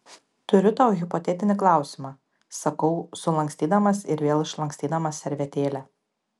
turiu tau hipotetinį klausimą sakau sulankstydamas ir vėl išlankstydamas servetėlę